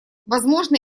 возможно